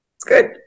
good